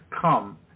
come